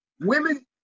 women